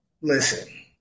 listen